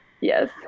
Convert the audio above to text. Yes